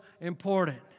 important